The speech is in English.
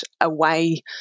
away